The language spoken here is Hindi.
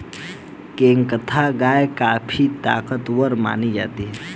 केंकथा गाय काफी ताकतवर मानी जाती है